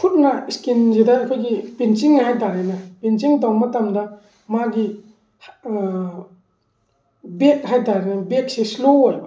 ꯈꯨꯠꯅ ꯏꯁꯀꯤꯟꯁꯤꯗ ꯑꯩꯈꯣꯏꯒꯤ ꯄꯤꯟꯆꯤꯡꯅ ꯍꯥꯏꯇꯥꯔꯦꯅꯦ ꯄꯤꯟꯆꯤꯡ ꯇꯧꯕ ꯃꯇꯝꯗ ꯃꯥꯒꯤ ꯕꯦꯛ ꯍꯥꯏꯇꯥꯔꯦꯅꯦ ꯕꯦꯛꯁꯦ ꯏꯁꯂꯣ ꯑꯣꯏꯕ